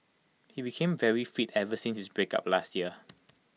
he became very fit ever since his breakup last year